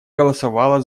голосовала